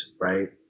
right